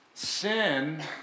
Sin